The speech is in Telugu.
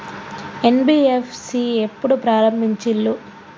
ఎన్.బి.ఎఫ్.సి ఎప్పుడు ప్రారంభించిల్లు?